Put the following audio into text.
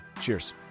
cheers